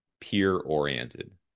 peer-oriented